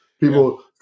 People